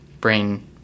brain